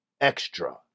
extra